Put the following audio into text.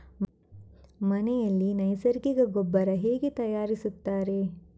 ಮನೆಯಲ್ಲಿ ನೈಸರ್ಗಿಕ ಗೊಬ್ಬರ ಹೇಗೆ ತಯಾರಿಸುತ್ತಾರೆ?